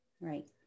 Right